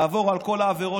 לעבור על כל העבירות